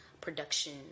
production